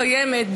הקיימת,